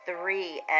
three